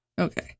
Okay